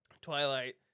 twilight